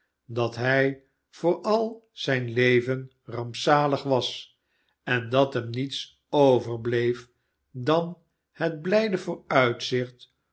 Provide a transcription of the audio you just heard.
dat hij voor al zijn leven rampzalig was en dat hem niets overbleef dan het blijde